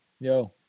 Yo